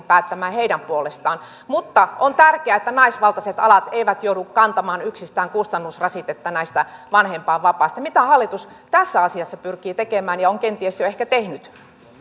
päättämään heidän puolestaan mutta on tärkeää että naisvaltaiset alat eivät yksistään joudu kantamaan kustannusrasitetta näistä vanhempainvapaista mitä hallitus tässä asiassa pyrkii tekemään ja on kenties jo ehkä tehnyt